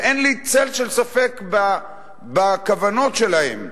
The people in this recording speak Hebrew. ואין לי צל של ספק בכוונות שלהם,